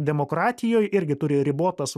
demokratijoj irgi turi ribotas